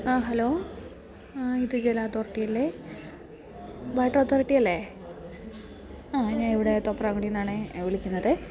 ആ ഹലോ ഇത് ജല അതോരിറ്റി അല്ലെ വാട്ടർ അതോരിറ്റി അല്ലെ ആ ഞാൻ ഇവിടെ തോപ്രാംകുടിയിൽ നിന്നാണെ വിളിക്കുന്നത്